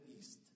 East